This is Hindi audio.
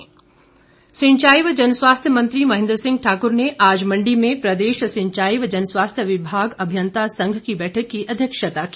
महें द्र सिंह सिंचाई व जनस्वास्थ्य मंत्री महेंद्र सिंह ठाकुर ने आज मंडी में प्रदेश सिंचाई व जनस्वास्थ्य विभाग अभियंता संघ की बैठक की अध्यक्षता की